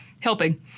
helping